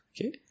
Okay